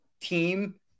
team